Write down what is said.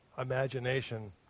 imagination